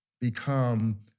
become